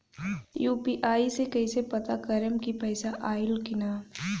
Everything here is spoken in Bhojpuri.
यू.पी.आई से कईसे पता करेम की पैसा आइल की ना?